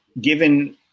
given